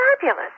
fabulous